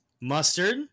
mustard